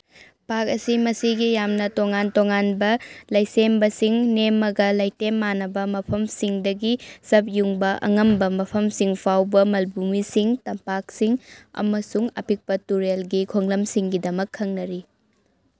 ꯄꯥꯛ ꯑꯁꯤ ꯃꯁꯤꯒꯤ ꯌꯥꯝꯅ ꯇꯣꯉꯥꯟ ꯇꯣꯉꯥꯟꯕ ꯂꯩꯁꯦꯝꯕꯁꯤꯡ ꯅꯦꯝꯃꯒ ꯂꯩꯇꯦꯝ ꯃꯥꯟꯅꯕ ꯃꯐꯝꯁꯤꯡꯗꯒꯤ ꯆꯞ ꯌꯨꯡꯕ ꯑꯉꯝꯕ ꯃꯐꯝꯁꯤꯡ ꯐꯥꯎꯕ ꯃꯜꯚꯨꯃꯤꯁꯤꯡ ꯇꯝꯄꯥꯛꯁꯤꯡ ꯑꯃꯁꯨꯡ ꯑꯄꯤꯛꯄ ꯇꯨꯔꯦꯜꯒꯤ ꯈꯣꯡꯂꯝꯁꯤꯡꯒꯤꯗꯃꯛ ꯈꯪꯅꯔꯤ